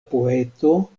poeto